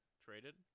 traded